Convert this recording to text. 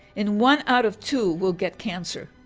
and one out of two will get cancer.